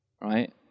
right